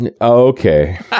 Okay